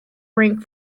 rink